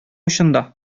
очында